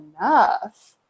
enough